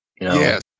Yes